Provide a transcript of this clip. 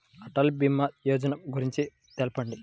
అటల్ భీమా యోజన గురించి తెలుపండి?